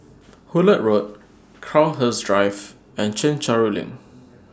Hullet Road Crowhurst Drive and Chencharu LINK